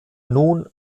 nun